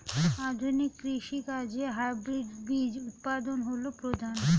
আধুনিক কৃষি কাজে হাইব্রিড বীজ উৎপাদন হল প্রধান